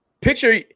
picture